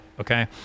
Okay